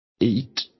eight